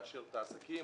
יעשיר את העסקים,